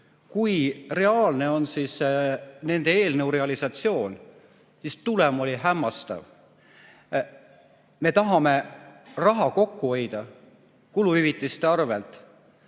kui reaalne on nende eelnõu realisatsioon. Tulem oli hämmastav. Me tahame raha kokku hoida kuluhüvitiste arvel.